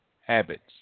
Habits